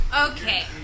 Okay